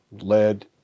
lead